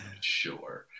Sure